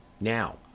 Now